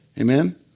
Amen